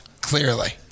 Clearly